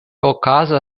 okazas